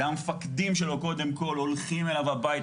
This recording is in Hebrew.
המפקדים שלו קודם כול הולכים אליו הביתה,